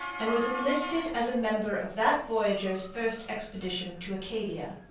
and was enlisted as a member of that voyageur's first expedition to acadia.